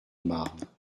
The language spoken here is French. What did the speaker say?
marne